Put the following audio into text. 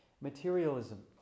materialism